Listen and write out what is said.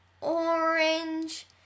orange